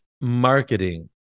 marketing